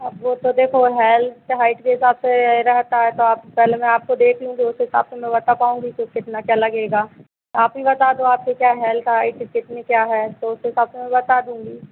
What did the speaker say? अब वह तो देखो हेल्थ हाइट के हिसाब से रहता है तो आप पहले मैं आपको देख लूँगी उस हिसाब से मैं बता पाऊँगी कि कितना क्या लगेगा आप ही बता दो आपकी क्या हेल्थ हाइट कितनी क्या है तो उस हिसाब से मैं बता दूँगी